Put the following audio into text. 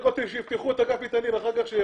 אם יוצא לחופשה, אף